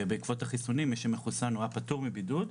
בעקבות החיסונים מי שמחוסן היה פטור מבידוד,